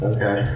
Okay